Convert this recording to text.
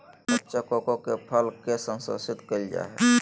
कच्चा कोको के फल के संशोधित कइल जा हइ